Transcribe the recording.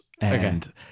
and-